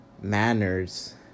manners